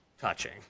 touching